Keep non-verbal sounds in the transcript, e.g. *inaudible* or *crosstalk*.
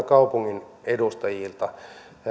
*unintelligible* kaupungin edustajilta